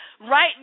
Right